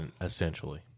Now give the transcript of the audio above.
essentially